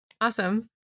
Awesome